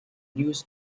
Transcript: news